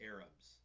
Arabs